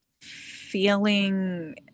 feeling –